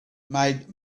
made